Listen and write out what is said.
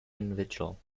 individual